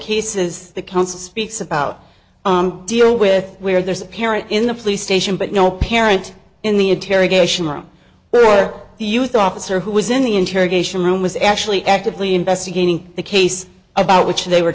cases the council speaks about deal with where there's a parent in the police station but no parent in the interrogation room the youth officer who was in the interrogation room was actually actively investigating the case about which they were